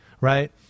right